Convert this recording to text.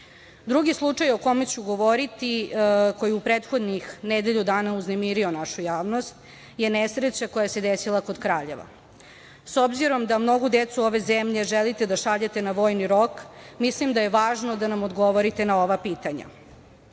redu? Drugi slučaj o kome ću govoriti, koji je u prethodnih nedelju dana uznemirio našu javnost, je nesreća koja se desila kod Kraljeva. S obzirom da mnogu decu ove zemlje želite da šaljete na vojni rok, mislim da je važno da mi odgovorite na ova pitanja. Koliko